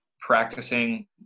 practicing